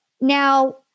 Now